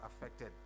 affected